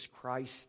Christ